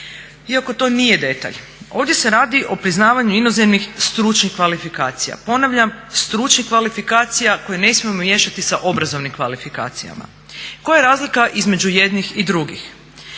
iako to nije detalj. Ovdje se radi o priznavanju inozemnih stručnih kvalifikacija, ponavljam stručnih kvalifikacija koje ne smijemo miješati sa obrazovnim kvalifikacijama. Koja je razlika između jednih i drugih?